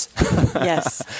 Yes